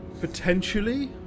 potentially